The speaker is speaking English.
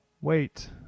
Wait